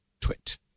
twit